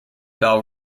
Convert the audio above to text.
bell